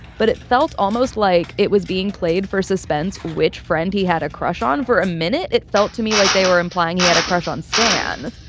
but it felt almost like it was being played for suspense. which friend he had a crush on for a minute. it felt to me like they were implying he had a crush on stan.